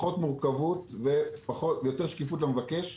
פחות מורכבות ויותר שקיפות למבקש.